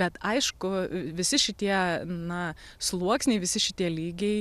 bet aišku visi šitie na sluoksniai visi šitie lygiai